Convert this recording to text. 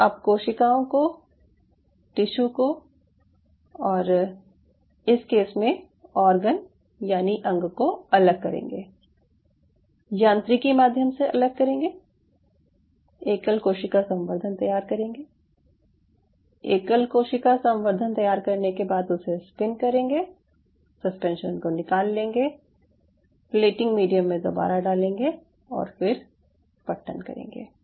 तो आप कोशिकाओं को टिश्यू को और इस केस में ऑर्गन यानि अंग को अलग करेंगे यांत्रिकी माध्यम से अलग करेंगे एकल कोशिका संवर्धन तैयार करेंगे एकल कोशिका संवर्धन तैयार करने के बाद उसे स्पिन करेंगे सस्पेंशन को निकाल लेंगे प्लेटिंग मीडियम में दोबारा डालेंगे और फिर पट्टन करेंगे